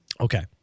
Okay